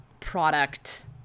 product